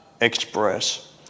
express